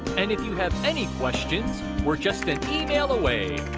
and if you have any questions, we're just an email away!